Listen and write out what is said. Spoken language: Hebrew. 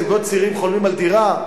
זוגות צעירים חולמים על דירה,